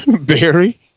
barry